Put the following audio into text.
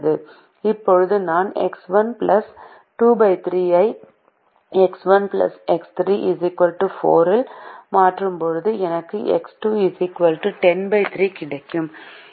இப்போது நான் X1 23 ஐ X1 X2 4 இல் மாற்றும்போது எனக்கு X2 103 கிடைக்கும்